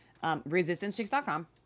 Resistancechicks.com